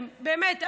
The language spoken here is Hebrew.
באמת,